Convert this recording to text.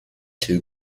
two